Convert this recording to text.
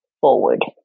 forward